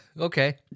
Okay